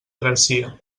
garcia